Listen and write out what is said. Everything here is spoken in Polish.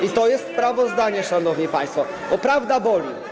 I to jest sprawozdanie, szanowni państwo, bo prawda boli.